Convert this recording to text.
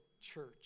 church